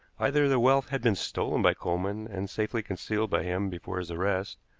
either their wealth had been stolen by coleman, and safely concealed by him before his arrest,